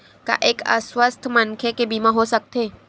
का एक अस्वस्थ मनखे के बीमा हो सकथे?